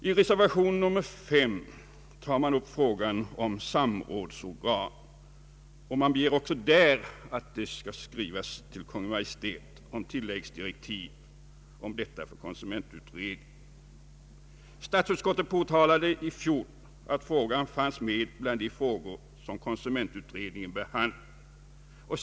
I reservation 5 tar man upp frågan om samrådsorgan och begär en skrivelse till Kungl. Maj:t om tilläggsdirektiv därom för konsumentutredningen. Statsutskottet påpekade i fjol att frågan fanns med bland de frågor som konsumentutredningen behandlade.